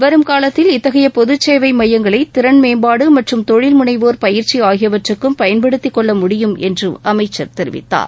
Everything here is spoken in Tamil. வரும் காலத்தில் இத்தகைய பொதுச்சேவை மையங்களை திறள் மேம்பாடு மற்றும் தொழில் முனைவோர் பயிற்சி ஆகியவற்றுக்கும் பயன்படுத்தி கொள்ள முடியும் என்று அமைச்சர் தெரிவித்தார்